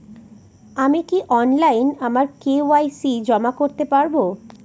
আমি কি অনলাইন আমার কে.ওয়াই.সি জমা করতে পারব?